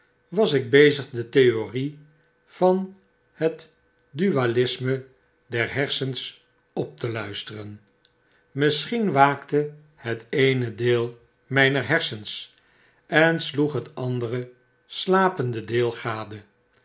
was ik bezig de theorie van het dualisme der hersens op te luisteren misschien waakte het eene deel myner hersens en sloeg het andere slapende deel gade